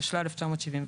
התשל"א-1971